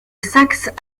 saxe